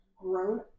grown